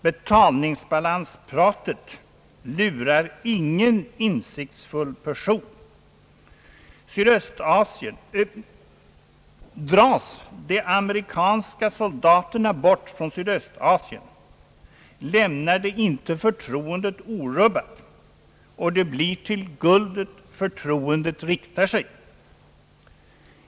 Betalningsbalanspratet lurar ingen insiktsfull person. Om de amerikanska soldaterna dras bort från Syd Östasien lämnar de inte förtroendet orubbat, och det blir till guldet som förtroendet riktar sig.